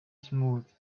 smooth